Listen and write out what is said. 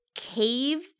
Cave